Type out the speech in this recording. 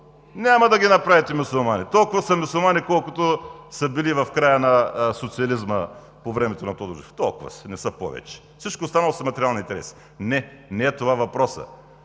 Няма да ги направите мюсюлмани! Толкова са мюсюлмани, колкото са били в края на социализма по времето на Тодор Живков, толкова са, не са повече. Всичко останало са материални интереси. Не, не е в това въпросът